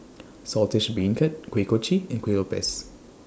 Saltish Beancurd Kuih Kochi and Kuih Lopes